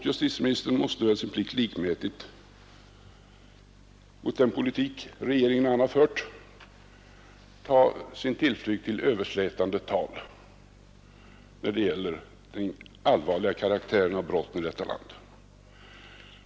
Justitieministern måste väl, sin plikt likmätigt, med den politik regeringen och han har fört ta sin tillflykt till överslätande tal när det gäller den allvarliga karaktären hos brotten i detta land.